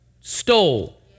stole